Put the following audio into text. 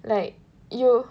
like you